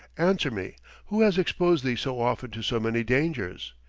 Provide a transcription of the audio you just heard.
answer me who has exposed thee so often to so many dangers?